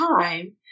time